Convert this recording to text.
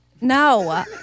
No